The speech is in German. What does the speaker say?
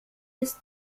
ist